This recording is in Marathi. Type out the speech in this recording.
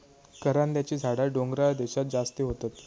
करांद्याची झाडा डोंगराळ देशांत जास्ती होतत